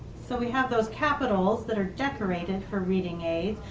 so, we have those capitals that are decorated for reading aids.